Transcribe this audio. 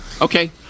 Okay